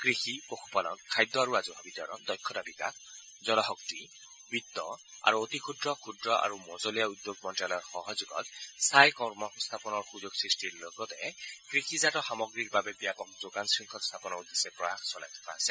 কৃষি পশুপালন খাদ্য আৰু ৰাজহুৱা বিতৰণ দক্ষতা বিকাশ জলশক্তি বিতীয় আৰু অতি ক্ষুদ্ৰ ক্ষুদ্ৰ আৰু মজলীয়া উদ্যোগ মন্তালয়ৰ সহযোগত স্থায়ী কৰ্মসংস্থাপনৰ সুযোগ সৃষ্টিৰ লগতে কৃষিজাত সামগ্ৰীৰ বাবে ব্যাপক যোগান শৃংখলা স্থাপনৰ উদ্দেশ্যে প্ৰয়াস চলাই থকা হৈছে